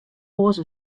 oars